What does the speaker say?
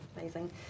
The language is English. Amazing